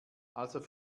also